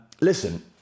Listen